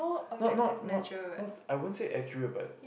not not not not I won't say accurate but